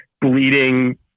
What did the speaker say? bleeding